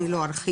אני לא ארחיב.